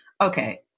okay